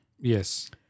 Yes